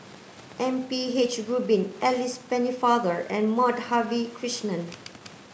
M P H Rubin Alice Pennefather and Madhavi Krishnan